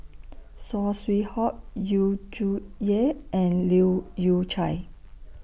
Saw Swee Hock Yu Zhuye and Leu Yew Chye